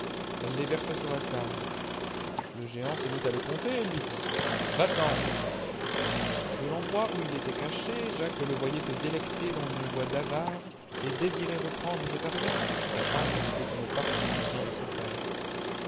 les versa sur la table le géant se mit à les compter et lui dit va t'en de l'endroit où il était caché jacques le voyait se délecter dans une joie d'avare et désirait reprendre cet argent sachant que c'était une partie du bien de son dcre